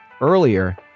Earlier